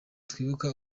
twibuka